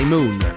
Moon